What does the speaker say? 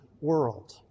world